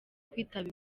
kwitaba